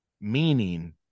meaning